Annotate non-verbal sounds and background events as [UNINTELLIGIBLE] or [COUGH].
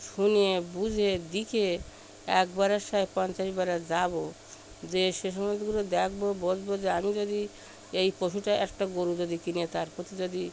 শুনে বুঝে দেখে একবারের [UNINTELLIGIBLE] পঞ্চাশবারে যাব যেয়ে সেসময় [UNINTELLIGIBLE] দেখব বলব যে আমি যদি এই পশুটা একটা গোরু যদি কিনে তার প্রতি যদি